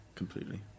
Completely